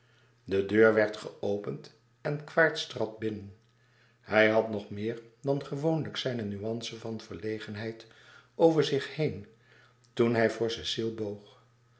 de deur werd geopend en quaerts trad binnen hij had nog meer dan gewoonlijk zijne nuance van verlegenheid over zich heen toen hij voor cecile boog